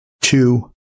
two